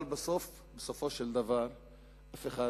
אבל בסופו של דבר אף אחד